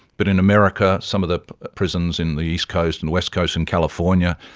but in america some of the prisons in the east coast and west coast and california,